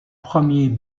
premier